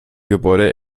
gebäude